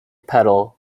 pedal